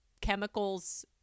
chemicals